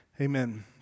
amen